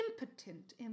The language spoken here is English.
impotent